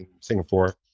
Singapore